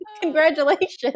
Congratulations